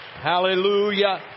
Hallelujah